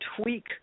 tweak